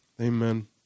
Amen